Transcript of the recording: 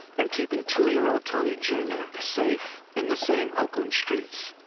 and keeping two-year-old tony jr. safe in the same oakland streets.